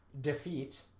Defeat